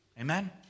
Amen